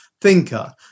thinker